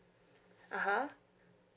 uh !huh!